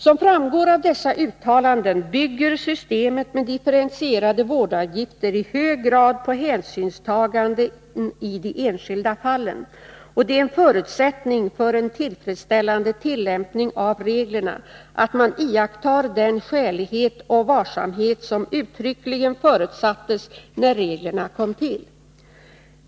Som framgår av dessa uttalanden bygger systemet med differentierade vårdavgifter i hög grad på hänsynstaganden i de enskilda fallen, och det är en förutsättning för en tillfredsställande tillämpning av reglerna att man iakttar den skälighet och varsamhet som uttryckligen förutsattes när reglerna kom till.